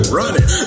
running